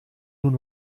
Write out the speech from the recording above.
nun